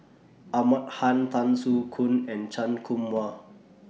Ahmad Han Tan Soo Khoon and Chan Kum Wah